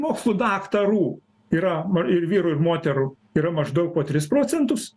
mokslų daktarų yra ir vyrų ir moterų yra maždaug po tris procentus